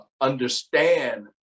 understand